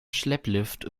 schlepplift